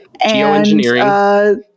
geoengineering